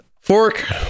Fork